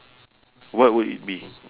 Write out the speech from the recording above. what would it be